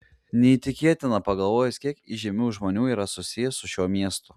neįtikėtina pagalvojus kiek įžymių žmonių yra susiję su šiuo miestu